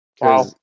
Wow